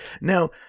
Now